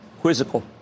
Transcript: Quizzical